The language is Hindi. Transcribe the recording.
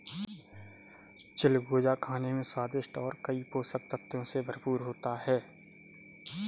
चिलगोजा खाने में स्वादिष्ट और कई पोषक तत्व से भरपूर होता है